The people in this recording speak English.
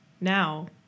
now